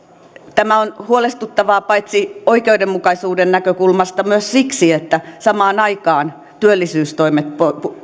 tämä on huolestuttavaa paitsi oikeudenmukaisuuden näkökulmasta myös siksi että samaan aikaan työllisyystoimet